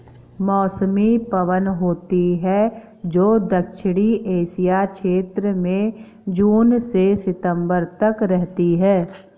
मौसमी पवन होती हैं, जो दक्षिणी एशिया क्षेत्र में जून से सितंबर तक रहती है